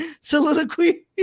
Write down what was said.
soliloquy